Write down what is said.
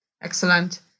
Excellent